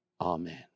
Amen